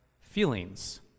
feelings